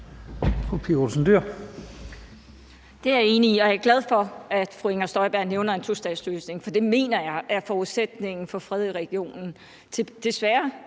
Det er jeg enig i, og jeg er glad for, at fru Inger Støjberg nævner en tostatsløsning, for det mener jeg er forudsætningen for fred i regionen.